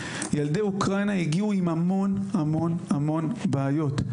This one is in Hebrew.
ילדי אוקראינה הגיעו עם המון המון המון בעיות.